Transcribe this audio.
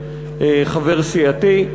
חבר סיעתי,